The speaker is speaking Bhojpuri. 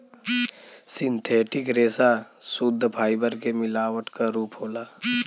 सिंथेटिक रेसा सुद्ध फाइबर के मिलावट क रूप होला